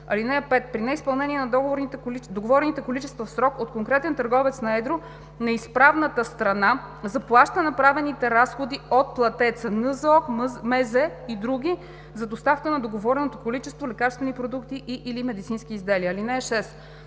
(5) При неизпълнение на договорените количества в срок от конкретен търговец на едро неизправната страна заплаща направените разходи от платеца (НЗОК, МЗ и др.) за доставката на договореното количество лекарствени продукти и/или медицински изделия. (6)